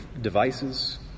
devices